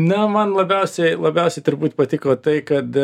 na man labiausiai labiausiai turbūt patiko tai kad